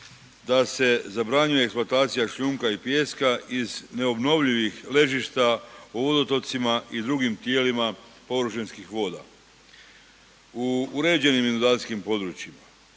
da se zabranjuje eksploatacija šljunka i pijeska iz neobnovljivih ležišta u vodotocima i drugim tijelima površinskih voda u uređenim inundacijskim područjima,